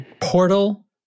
Portal